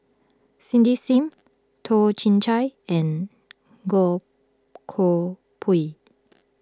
Cindy Sim Toh Chin Chye and Goh Koh Pui